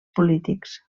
polítics